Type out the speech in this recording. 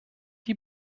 die